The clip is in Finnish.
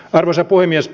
arvoisa puhemies